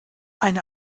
eine